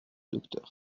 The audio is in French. docteur